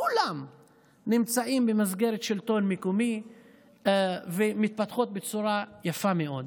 כולם נמצאים במסגרת השלטון המקומי ומתפתחים בצורה יפה מאוד.